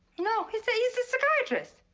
no. he's a he's a psychiatrist.